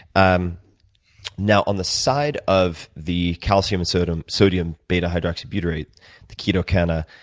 um now, on the side of the calcium and sodium sodium beta-hydroxybutyrate, the ketocana,